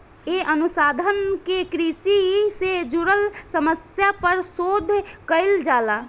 ए अनुसंधान में कृषि से जुड़ल समस्या पर शोध कईल जाला